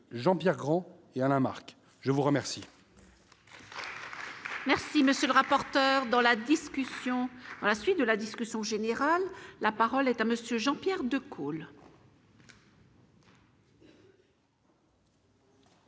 Jean-Pierre Grand et Alain Marc, je vous remercie.